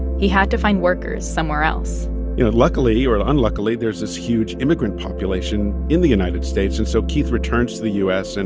he had to find workers somewhere else you know, luckily or unluckily, there's this huge immigrant population in the united states. and so keith returns to the u s. and